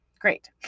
great